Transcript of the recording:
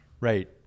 Right